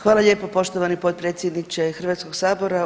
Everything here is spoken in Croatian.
Hvala lijepo poštovani potpredsjedniče Hrvatskog sabora.